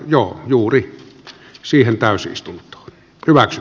joo juuri siihen täysin istunut clas